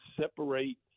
separate